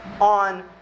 on